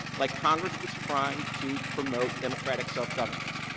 like congress was trying to promote democratic self-governance.